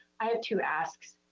i have two asks.